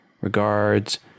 Regards